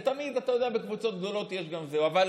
תמיד, אתה יודע, בקבוצות גדולות יש גם את זה, אבל